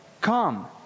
come